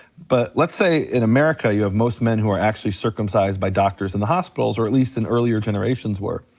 but let's say in america, you have most men who are actually circumcised by doctors in the hospitals, or at least in earlier generations were.